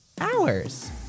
hours